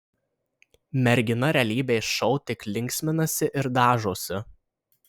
mergina realybės šou tik linksminasi ir dažosi